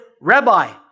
Rabbi